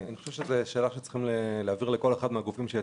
אני חושב שזו שאלה שכל אחד מהגופים צריך